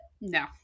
No